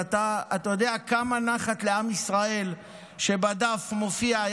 אתה יודע כמה נחת לעם ישראל שבדף מופיעים